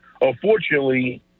Unfortunately